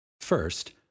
First